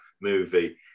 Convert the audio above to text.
movie